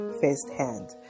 firsthand